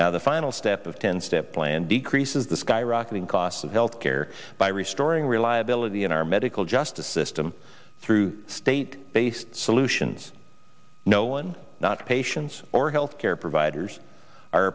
now the final step of ten step plan decreases the skyrocketing cost of health care by restoring reliability in our medical justice system through state based solutions no one not patients or health care providers are